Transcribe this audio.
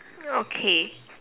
okay